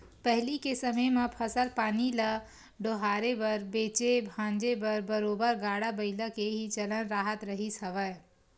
पहिली के समे म फसल पानी ल डोहारे बर बेंचे भांजे बर बरोबर गाड़ा बइला के ही चलन राहत रिहिस हवय